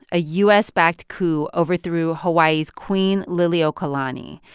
a u s backed coup overthrew hawaii's queen liliuokalani.